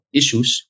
issues